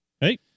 Hey